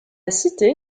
cité